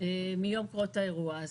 מיום קרות האירוע.